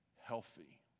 healthy